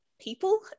people